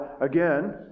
again